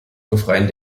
befreien